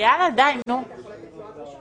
וסגני שרים שהם לא חברי כנסת.